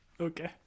okay